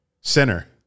Center